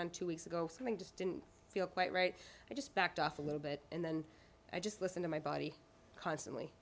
run two weeks ago something just didn't feel quite right i just backed off a little bit and then i just listen to my body constantly